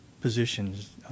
positions